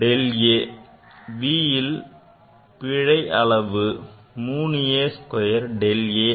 vல் உள்ள பிழை அளவு 3 a square del a